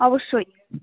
অবশ্যই